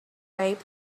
taped